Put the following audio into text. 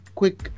quick